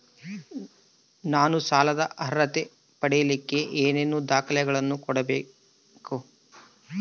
ನಾನು ಸಾಲದ ಅರ್ಹತೆ ಪಡಿಲಿಕ್ಕೆ ಏನೇನು ದಾಖಲೆಗಳನ್ನ ನೇಡಬೇಕು?